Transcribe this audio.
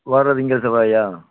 வர திங்கள் செவ்வாயா